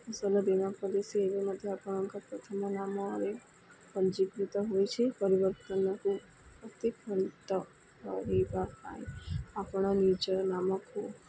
ଫସଲ ବୀମା ପଲିସି ଏବେ ମଧ୍ୟ ଆପଣଙ୍କ ପ୍ରଥମ ନାମରେ ପଞ୍ଜୀକୃତ ହୋଇଛି ପରିବର୍ତ୍ତନକୁ ପଞ୍ଜୀକୃତ କରିବା ପାଇଁ ଆପଣ ନିଜ ନାମକୁ